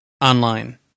online